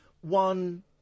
one